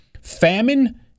famine